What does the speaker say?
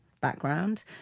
Background